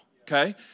Okay